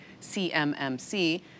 CMMC